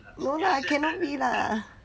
no lah cannot be lah